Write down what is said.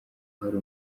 hari